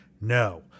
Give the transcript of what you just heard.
no